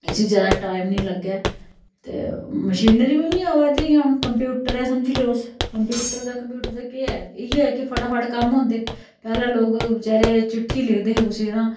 इसी ज्यादा टाइम नी लग्गै ते मशीनरी बी नी आवा दियां कंप्यूटर ऐ समझी लैओ तुस कंप्यूटर दा कंप्यूटर दी केह् ऐ इ'यै ऐ कि फटाफट कम्म होंदे पैह्ले लोग बेचारे चिट्ठी लिखदे हे कुसै गी तां